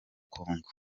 kongo